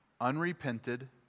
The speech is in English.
Unrepented